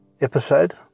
episode